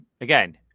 again